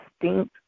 distinct